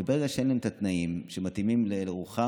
וברגע שאין להם את התנאים שמתאימים לרוחם,